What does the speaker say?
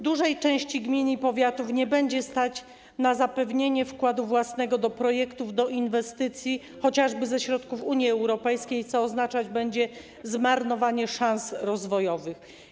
Dużej części gmin i powiatów nie będzie stać na zapewnienie wkładu własnego w przypadku projektów, inwestycji, chociażby ze środków Unii Europejskiej, co oznaczać będzie zmarnowanie szans rozwojowych.